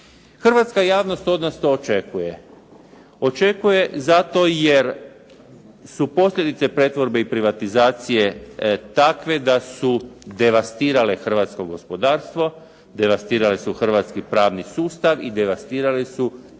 Hrvatska javnost to od nas očekuje. Očekuje zato jer su posljedice pretvorbe i privatizacije takve da su devastirale hrvatsko gospodarstvo, devastirali su hrvatski pravni sustav i devastirali su